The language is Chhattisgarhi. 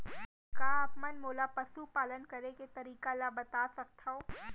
का आप मन मोला पशुपालन करे के तरीका ल बता सकथव?